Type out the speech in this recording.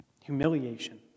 humiliation